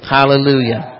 Hallelujah